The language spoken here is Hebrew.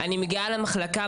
אני מגיעה למחלקה,